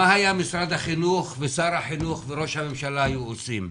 מה היו משרד החינוך ושר החינוך וראש הממשלה עושים?